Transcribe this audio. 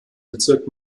bezirk